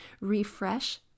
refresh